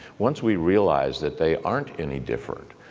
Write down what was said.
once we realize that they aren't any different,